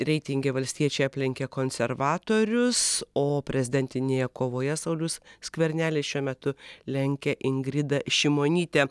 reitinge valstiečiai aplenkė konservatorius o prezidentinėje kovoje saulius skvernelis šiuo metu lenkia ingridą šimonytę